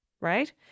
Right